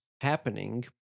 happening